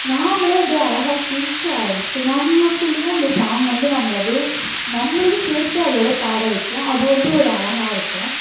நாமளே அப்படியே அழகாகா சிரிக்க ஆரம்பிச்சு நம்மக்குள்ளே அந்த சாங்க் வந்து நம்மளை அப்படியே நம்மளையும் சேர்த்து அதோட பாட வைக்கும் அது வந்து ஒரு அழகாக இருக்கும்